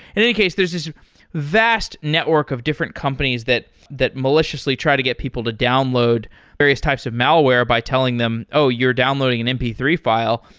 in any case, there's this vast network of different companies that that maliciously try to get people to download various types of malware by telling them, oh! you're downloading an m p three file,